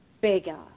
bigger